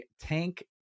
Tank